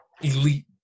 elite